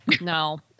No